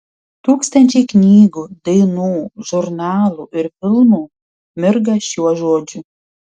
tūkstančiai knygų dainų žurnalų ir filmų mirga šiuo žodžiu